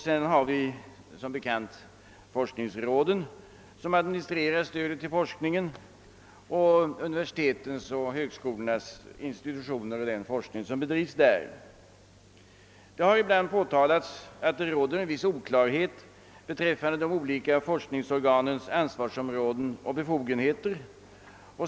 Sedan har vi forskningsråden, som administrerar stödet till forskningen, samt vidare den forskning som bedrivs vid universitetens och högskolornas institutioner. Det har ibland påtalats att det råder en viss oklarhet beträffande de olika forskningsorganens ansvarsområden och befogenheter.